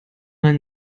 mal